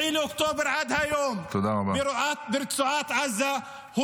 באוקטובר עד היום ברצועת עזה -- תודה רבה,